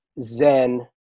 zen